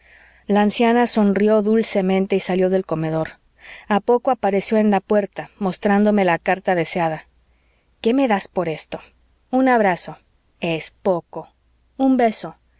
la anciana sonrió dulcemente y salió del comedor a poco apareció en la puerta mostrándome la carta deseada qué me das por esto un abrazo es poco un beso